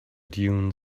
dune